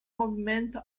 movimento